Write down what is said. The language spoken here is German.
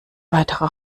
weiterer